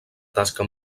tasca